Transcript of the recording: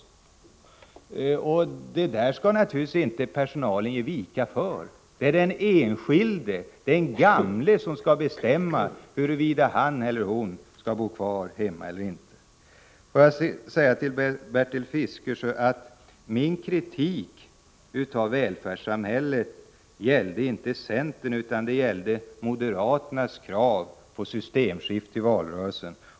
Sådant skall personalen naturligtvis inte ge vika för. Det är den enskilde, den gamle själv, som skall bestämma huruvida han eller hon skall bo kvar hemma eller inte. Låt mig sedan säga till Bertil Fiskesjö att min kritik om förändringar av välfärdssamhället inte gällde centern, utan den gällde moderaternas krav på systemskifte i valrörelsen .